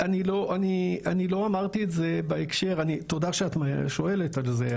אני לא אמרתי את זה בהקשר, תודה שאת שואלת על זה.